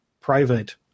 private